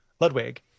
Ludwig